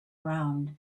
round